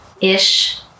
Ish